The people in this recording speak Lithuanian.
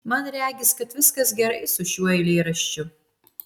man regis kad viskas gerai su šiuo eilėraščiu